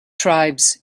tribes